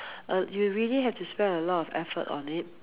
uh you really have to spend a lot of effort on it